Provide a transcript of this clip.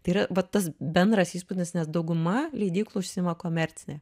tai yra vat tas bendras įspūdis nes dauguma leidyklų užsiima komercija